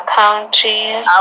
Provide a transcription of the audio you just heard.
countries